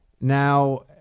Now